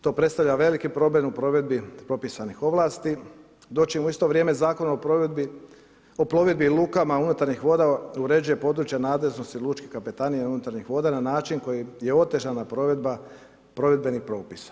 To predstavlja veliki problem u provedbi propisanih ovlasti dočim u isto vrijeme Zakon o plovidbi lukama unutarnjih voda uređuje područja nadležnosti lučkih kapetanija unutarnjih voda na način kojim je otežana provedba provedbenih propisa.